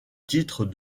titre